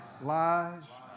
lies